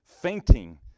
Fainting